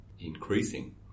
increasing